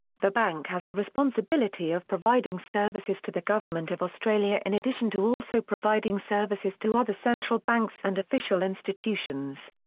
the bank has the responsibility of providing services to the government of australia in addition to also providing services to other central banks and official institutions.